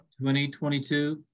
2022